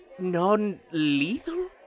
Non-lethal